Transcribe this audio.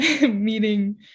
meeting